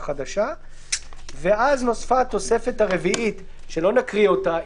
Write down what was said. אז נוספה התוספת הרביעית שלא נקריא אותה.